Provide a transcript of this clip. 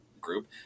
group